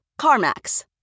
CarMax